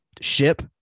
ship